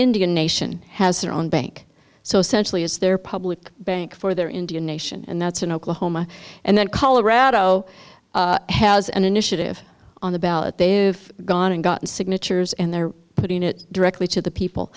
indian nation has their own bank so essentially is their public bank for their indian nation and that's in oklahoma and then colorado has an initiative on the ballot they've gone and gotten signatures and they're putting it directly to the people